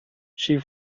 she